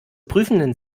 prüfenden